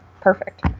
perfect